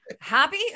Happy